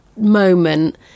Moment